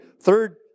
Third